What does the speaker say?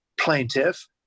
plaintiff